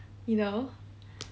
you know